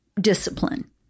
discipline